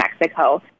Mexico